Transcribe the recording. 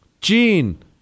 Gene